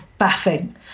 baffing